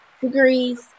degrees